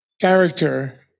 character